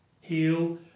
heal